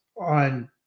on